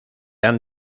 han